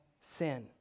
sin